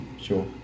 Sure